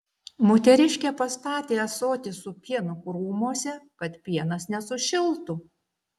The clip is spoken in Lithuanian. moteriškė pastatė ąsotį su pienu krūmuose kad pienas nesušiltų